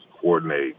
coordinate